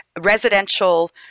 residential